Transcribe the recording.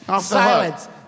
Silence